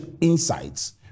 Insights